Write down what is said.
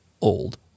old